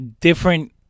different